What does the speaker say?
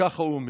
וככה הוא אומר: